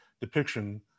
depiction